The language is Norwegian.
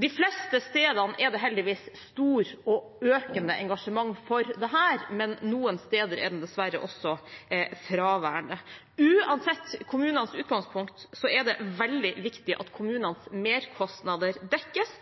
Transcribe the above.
De fleste stedene er det heldigvis stort og økende engasjement for dette, men noen steder er det dessverre også fraværende. Uansett kommunenes utgangspunkt er det veldig viktig at kommunenes merkostnader dekkes,